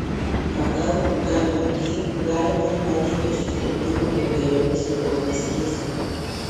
pagal kmi galima numatyti susirgimo įvairiomis ligomis riziką